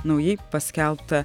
naujai paskelbtą